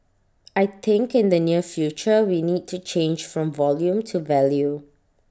I think in the near future we need to change from volume to value